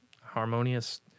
harmonious